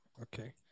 Okay